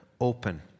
open